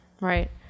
Right